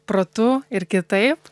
protu ir kitaip